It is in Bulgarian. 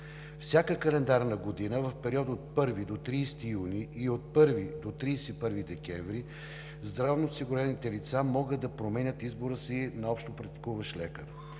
Всяка календарна година в периода от 1 до 30 юни и от 1 до 31 декември здравноосигурените лица могат да променят избора си на общопрактикуващ лекар.